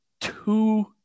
two